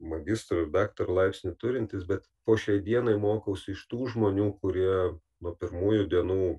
magistro ir daktaro laipsnį turintis bet po šiai dienai mokausi iš tų žmonių kurie nuo pirmųjų dienų